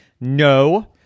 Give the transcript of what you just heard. No